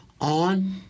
on—